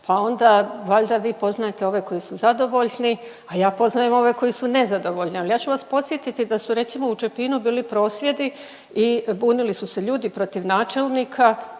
Pa onda valjda vi poznajete ove koji su zadovoljni, a ja poznajem ove koji su nezadovoljni, ali ja ću vas podsjetiti da su recimo u Čepinu bili prosvjedi i bunili su se ljudi protiv načelnika,